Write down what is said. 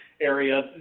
area